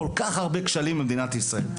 כל כך הרבה כשלים במדינת ישראל,